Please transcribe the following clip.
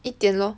一点 lor